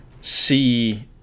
see